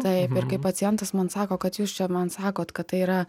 taip ir kai pacientas man sako kad jūs čia man sakot kad tai yra